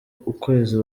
kwezi